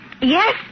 Yes